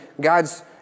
God's